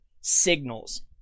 signals